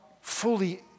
fully